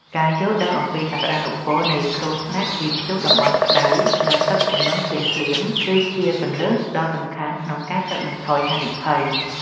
ការយល់ដឹងអំពីសក្ដានុពលនៃគ្រោះថ្នាក់ពីព្យុះតំបន់ក្ដៅ និងទឹកជំនន់ភ្លាមៗ គឺជាគន្លឹះដ៏សំខាន់ក្នុងការកាត់បន្ថយហានិភ័យ។